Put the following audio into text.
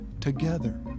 together